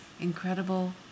incredible